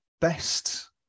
best